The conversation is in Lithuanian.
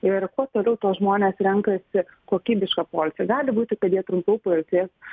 ir kuo toliau tuo žmonės renkasi kokybišką poilsį gali būti kad jie trumpiau pailsės